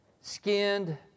skinned